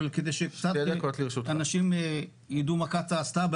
זה כדי שאנשים יידעו מה קצא"א עשתה